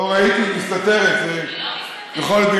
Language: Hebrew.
לא ראיתי, היא מסתתרת.